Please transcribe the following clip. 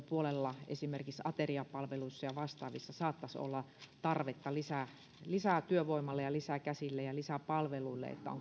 puolella esimerkiksi ateriapalveluissa ja vastaavissa saattaisi olla tarvetta lisätyövoimalle ja lisäkäsille ja lisäpalveluille